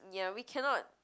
ya we cannot